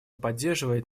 поддерживать